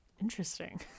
interesting